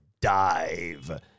dive